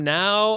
now